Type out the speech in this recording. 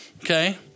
okay